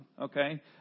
Okay